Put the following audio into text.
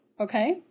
Okay